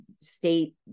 state